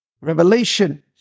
revelation